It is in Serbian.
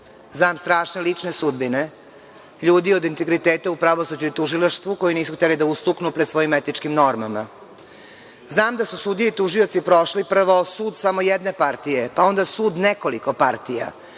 Znam strašne lične sudbine ljudi od integriteta u pravosuđu i tužilaštvu koji nisu hteli da ustuknu pred svojim etičkim normama. Znam da su sudije i tužioci prošli prvo sud samo jedne partije, a onda sud nekoliko partija,